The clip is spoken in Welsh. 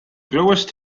glywaist